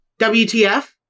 WTF